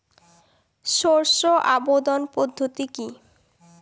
শস্য আবর্তন পদ্ধতি কি?